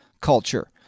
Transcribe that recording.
culture